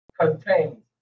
contains